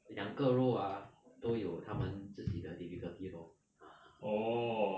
两个 role ah 都有他们自己的 difficulty lor ah